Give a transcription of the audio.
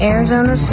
Arizona